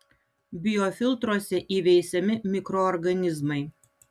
biofiltruose įveisiami mikroorganizmai